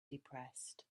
depressed